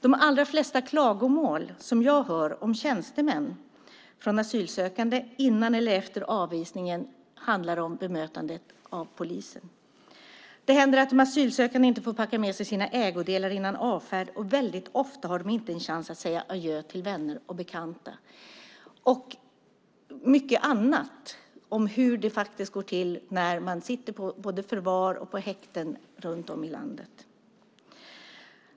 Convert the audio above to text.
De allra flesta klagomål som jag hör från asylsökande om tjänstemän före eller efter avvisningen handlar om polisens bemötande. Det händer att de asylsökande inte får packa med sig sina ägodelar före avfärd. Väldigt ofta har de inte en chans att säga adjö till vänner och bekanta. Jag har hört mycket annat om hur det går till när man sitter i förvar och häkten runt om i landet.